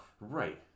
Right